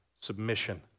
submission